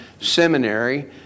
Seminary